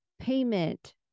payment